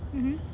mmhmm